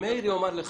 גם מאיר יאמר לך,